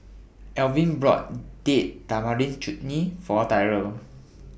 Elvin bought Date Tamarind Chutney For Tyrel